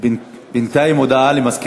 הכנסת.